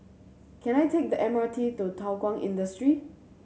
can I take the M R T to Thow Kwang Industry